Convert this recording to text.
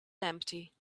empty